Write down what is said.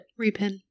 Repin